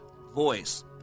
voice